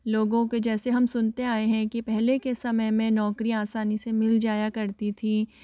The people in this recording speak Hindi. लोगों के जैसे हम सुनते आए हैं कि पहले के समय में नौकरी आसानी से मिल जाया करती थी